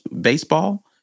baseball